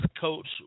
coach